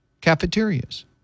cafeterias